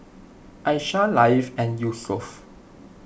Aishah Latif and Yusuf